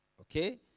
Okay